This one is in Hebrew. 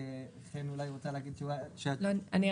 אולי לחן יש תשובה בעניין.